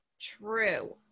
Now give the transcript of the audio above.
true